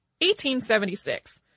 1876